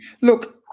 look